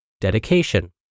dedication